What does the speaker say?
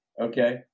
okay